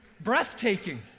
breathtaking